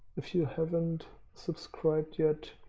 if you haven't subscribed yet.